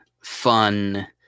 fun